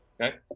Okay